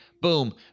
boom